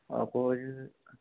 അപ്പോൾ ഒരു